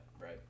Right